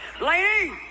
Lady